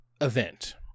event